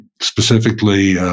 specifically